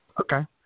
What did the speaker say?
Okay